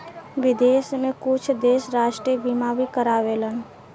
विदेश में कुछ देश राष्ट्रीय बीमा भी कारावेलन